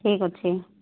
ଠିକ୍ ଅଛି